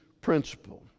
principle